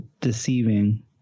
deceiving